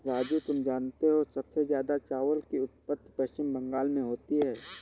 राजू तुम जानते हो सबसे ज्यादा चावल की उत्पत्ति पश्चिम बंगाल में होती है